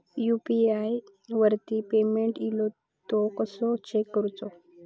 UPI वरती payment इलो तो कसो चेक करुचो?